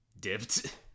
dipped